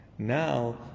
now